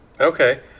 Okay